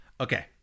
Okay